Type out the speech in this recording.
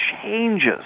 changes